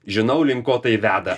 žinau link ko tai veda